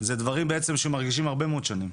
אלה דברים שהם מרגישים הרבה מאוד שנים,